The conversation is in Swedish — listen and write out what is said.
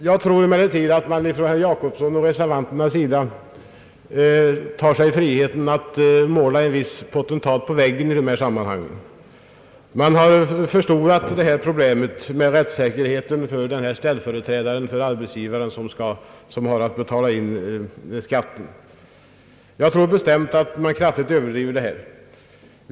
Jag tror emellertid att herr Jacobsson och de andra reservanterna tar sig friheten att måla en viss potentat på väggen. Man har förstorat problemet med rättssäkerheten för ställföreträdaren för arbetsgivaren som har att betala in skatten. Enligt min mening överdriver man detta kraftigt.